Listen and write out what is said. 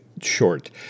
short